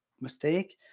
mistake